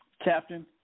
captain